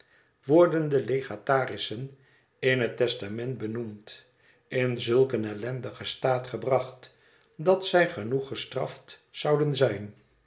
worden de legatarissen in het testament benoemd in zulk een ellendigen staat gebracht dat zij genoeg gestraft zouden zijn